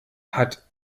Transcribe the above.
hat